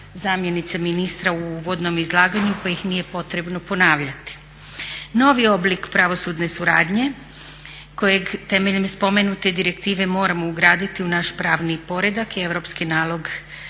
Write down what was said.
zamjenica ministra u uvodnom izlaganju pa ih nije potrebno ponavljati. Novi oblik pravosudne suradnje kojeg temeljem spomenute direktive moramo ugraditi u naš pravni poredak je europski nalog